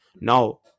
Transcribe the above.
Now